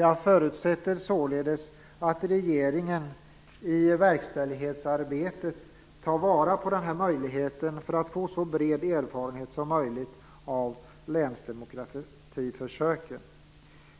Jag förutsätter således att regeringen i verkställighetsarbetet tar vara på den här möjligheten för att få så bred erfarenhet som möjligt av länsdemokratiförsöken.